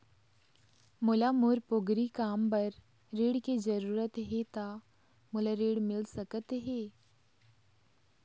मोला मोर पोगरी काम बर ऋण के जरूरत हे ता मोला ऋण मिल सकत हे?